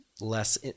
less